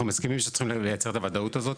אנחנו מסכימים שצריך לייצר את הוודאות הזאת.